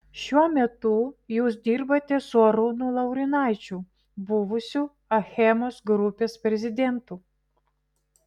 šiuo metu jūs dirbate su arūnu laurinaičiu buvusiu achemos grupės prezidentu